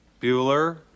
Bueller